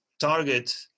target